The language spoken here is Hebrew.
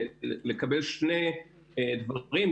לקבל שני דברים,